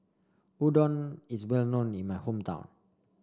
Udon is well known in my hometown